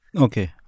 Okay